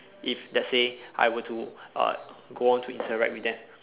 if let's say I were to uh go on to interact with them